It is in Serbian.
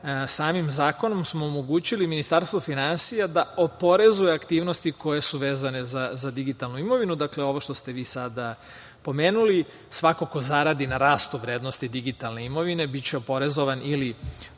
samim zakonom smo omogućili Ministarstvu finansija da oporezuje aktivnosti koje su vezane za digitalnu imovinu, dakle, ovo što ste vi sada pomenuli. Svako ko zaradi na rastu vrednosti digitalne imovine biće oporezovan ili